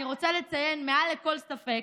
אני רוצה לציין מעל לכל ספק